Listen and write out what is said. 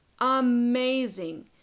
amazing